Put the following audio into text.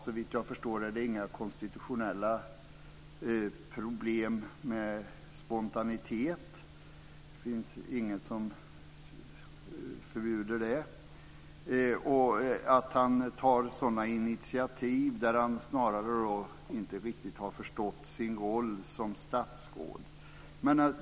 Såvitt jag förstår är det inga konstitutionella problem med spontanitet. Det finns inget som förbjuder det eller att ett statsråd tar sådana initiativ som visar att han snarare inte riktigt har förstått sin roll som statsråd.